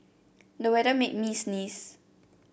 the weather made me sneeze